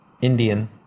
Indian